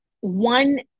one